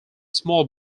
small